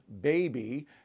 baby